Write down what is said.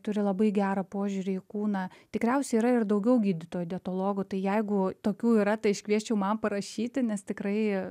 turi labai gerą požiūrį į kūną tikriausiai yra ir daugiau gydytojų dietologų tai jeigu tokių yra tai aš kviesčiau man parašyti nes tikrai